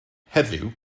heddiw